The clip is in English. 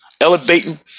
elevating